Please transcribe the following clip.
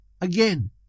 Again